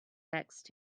next